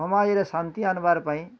ସମାଜରେ ଶାନ୍ତି ଆନିବାର୍ ପାଇଁ